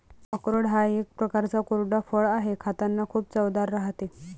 अक्रोड हा एक प्रकारचा कोरडा फळ आहे, खातांना खूप चवदार राहते